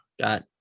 got